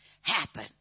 happen